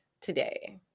today